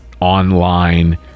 online